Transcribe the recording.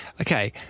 okay